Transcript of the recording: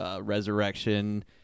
Resurrection